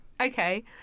Okay